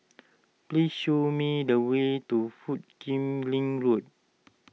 please show me the way to Foo Kim Lin Road